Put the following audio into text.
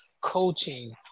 coaching